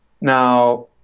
Now